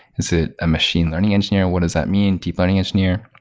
is it a machine learning engineer? what does that mean? deep learning engineer?